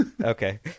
Okay